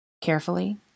Carefully